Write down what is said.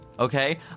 okay